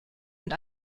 mit